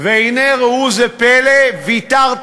ואזרחיות שרוצים להתגייר.